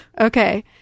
Okay